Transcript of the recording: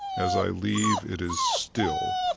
as i leave, it is still.